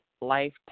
life